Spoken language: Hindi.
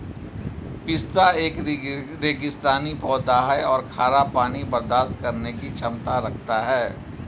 पिस्ता एक रेगिस्तानी पौधा है और खारा पानी बर्दाश्त करने की क्षमता रखता है